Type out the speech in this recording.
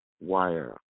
Wire